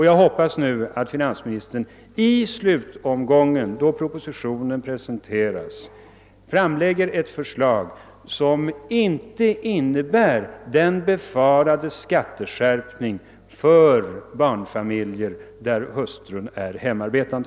Jag hoppas nu att finansministern i slutomgången, då propositionen presenteras, framlägger ett förslag som inte innebär der befarade skatteskärpningen för barnfamiljer där hustrun är hemarbetande.